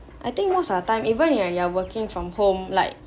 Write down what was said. I think most of the time even when you're are working from home like